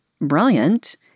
brilliant